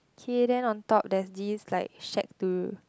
okay then on top there is this like shack to